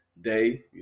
day